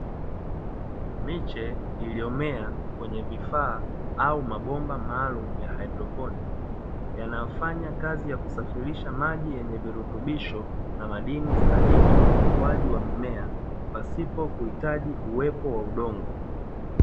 Miche iliyomea kwenye vifaa au mabomba maalumu ya haidroponi, yanayofanya kazi ya kusafirisha maji yenye virutubisho na madini stahiki kwa ukuaji wa mimea pasipo kuhitaji uwepo wa udongo.